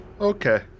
Okay